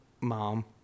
Mom